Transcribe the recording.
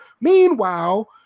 Meanwhile